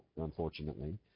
unfortunately